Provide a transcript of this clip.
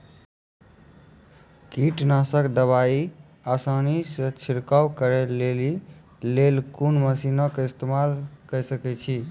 कीटनासक दवाई आसानीसॅ छिड़काव करै लेली लेल कून मसीनऽक इस्तेमाल के सकै छी?